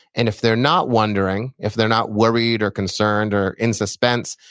and if they're not wondering, if they're not worried or concerned or in suspense,